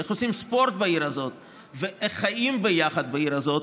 איך עושים ספורט בעיר הזאת ואיך חיים יחד בעיר הזאת,